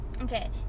Okay